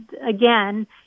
again